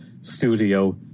studio